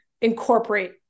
incorporate